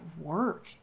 work